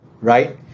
right